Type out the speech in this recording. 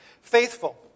Faithful